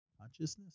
consciousness